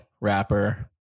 rapper